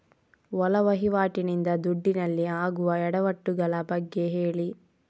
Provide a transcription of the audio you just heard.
ಒಳ ವಹಿವಾಟಿ ನಿಂದ ದುಡ್ಡಿನಲ್ಲಿ ಆಗುವ ಎಡವಟ್ಟು ಗಳ ಬಗ್ಗೆ ಹೇಳಿ